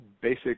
basic